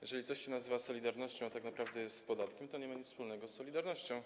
Jeżeli coś się nazywa: solidarnościowy, a tak naprawdę jest podatkiem, to nie ma nic wspólnego z solidarnością.